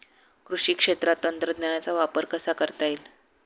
कृषी क्षेत्रात तंत्रज्ञानाचा वापर कसा करता येईल?